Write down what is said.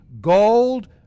gold